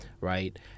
right